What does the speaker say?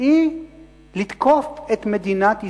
היא לתקוף את מדינת ישראל,